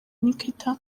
nikita